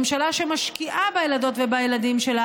ממשלה שמשקיעה בילדות ובילדים שלה